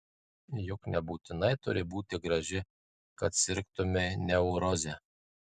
juk nebūtinai turi būti graži kad sirgtumei neuroze